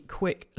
quick